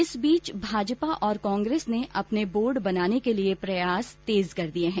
इस बीच भाजपा और कांग्रेस ने अपने बोर्ड बनाने के लिए प्रयास तेज कर दिये हैं